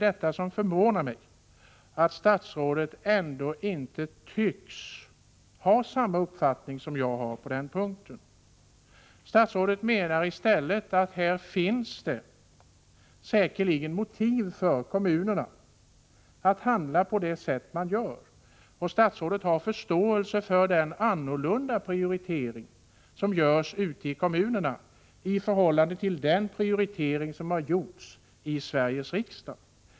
Det som förvånar mig är att statsrådet dock inte tycks ha samma uppfattning som jag på denna punkt. Statsrådet menar att det säkerligen finns motiv för kommunerna att handla på det sätt som de gör. Statsrådet har förståelse för den annorlunda prioritering som görs ute i kommunerna i förhållande till den prioritering som har gjorts i Sveriges riksdag.